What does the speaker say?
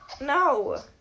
No